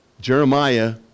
Jeremiah